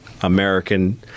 American